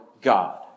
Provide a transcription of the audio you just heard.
God